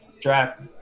draft